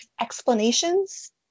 explanations